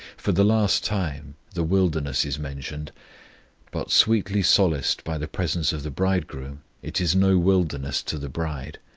for the last time the wilderness is mentioned but sweetly solaced by the presence of the bridegroom, it is no wilderness to the bride.